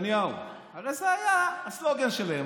כרגע,